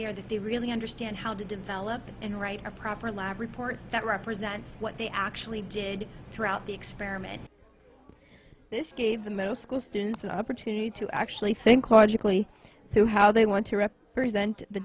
year to see really understand how to develop and write a proper lab report that represents what they actually did throughout the experiment this gave the middle school students an opportunity to actually think logically through how they want to rip present the